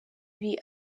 ibi